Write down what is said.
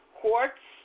quartz